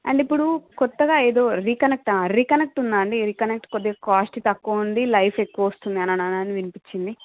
and ఇప్పుడు కొత్తగా ఏదో రీకనెక్ట్ రీకనెక్ట్ ఉందా అండి రీకనెక్ట్ కొద్దిగా కాస్ట్ తక్కువ ఉండి లైఫ్ ఎక్కువ వస్తుందని అని అనిపిచ్చింది